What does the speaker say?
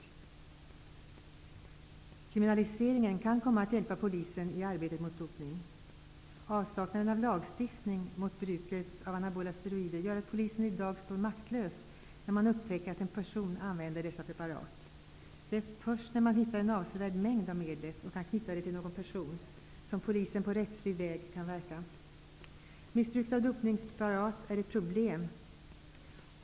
En kriminalisering kan komma att hjälpa Polisen i arbetet med åtgärder mot dopning. Avsaknaden av en lagstiftning mot bruket av anabola steroider gör att Polisen i dag står maktlös vid upptäckten av att en person använder dessa preparat. Först när man hittar en avsevärd mängd av medlet och kan knyta det till någon person kan Polisen verka på rättslig väg. Missbruket av dopningspreparat är ett problem.